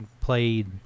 played